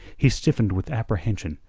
he stiffened with apprehension,